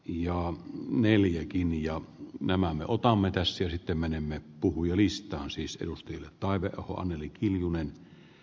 ja neljä kiinni ja menemään mutta mitä se sitten menemme puhui niistä on siis perustelee taiveaho anneli kiljunen